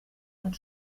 und